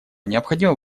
необходимо